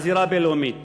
בזירה הבין-לאומית?